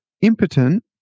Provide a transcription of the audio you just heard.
impotent